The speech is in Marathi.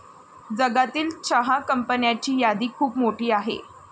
जगातील चहा कंपन्यांची यादी खूप मोठी आहे